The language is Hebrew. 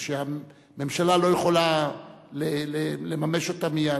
ושהממשלה לא יכולה לממש אותם מייד.